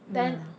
mm ya